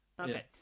okay